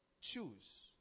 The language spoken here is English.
choose